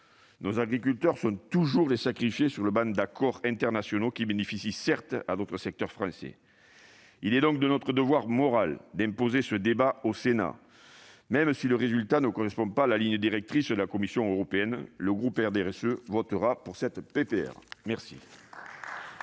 Nos agriculteurs sont toujours sacrifiés sur l'autel d'accords internationaux qui bénéficient, certes, à d'autres secteurs français. Il est de notre devoir moral d'imposer ce débat au Sénat. Même si le résultat ne correspond pas à la ligne directrice de la Commission européenne, le groupe du RDSE votera pour cette proposition